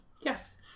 Yes